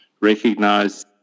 recognize